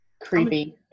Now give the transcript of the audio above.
creepy